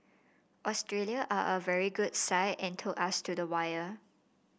Australia are a very good side and took us to the wire